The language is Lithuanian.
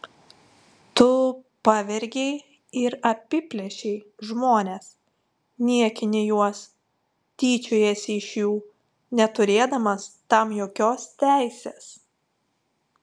tu pavergei ir apiplėšei žmones niekini juos tyčiojiesi iš jų neturėdamas tam jokios teisės